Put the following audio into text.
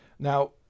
Now